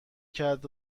کرد